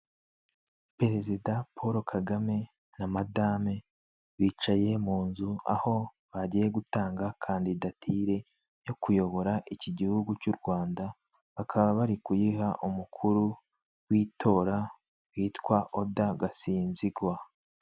Perezida Paul Kagame na madame bicaye mu nzu, aho bagiye gutanga kandidatire yo kuyobora iki gihugu cy'Urwanda, bakaba bari kuyiha umukuru w'itora witwa Oda Gasinzigwa.